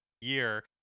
year